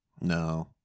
No